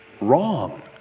Wrong